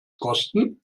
kosten